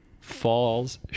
Falls